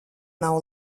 nav